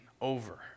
over